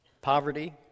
poverty